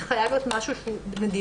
זה חייב להיות משהו מדינתי.